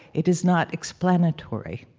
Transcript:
it is not explanatory